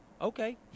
okay